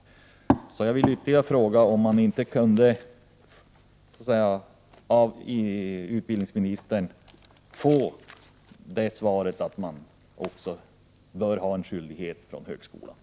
Jag vill därför ytterligare fråga om jag inte av utbildningsministern kunde få det svaret att man från högskolans sida bör ha en sådan skyldighet som jag tidigare talade om.